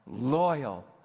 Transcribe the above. loyal